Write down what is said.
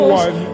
one